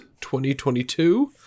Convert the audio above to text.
2022